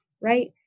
right